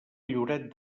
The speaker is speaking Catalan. lloret